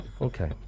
Okay